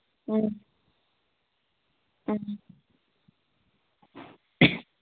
ꯑꯥ ꯑꯥ